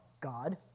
God